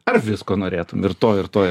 ar visko norėtum ir to ir to